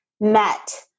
met